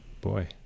Boy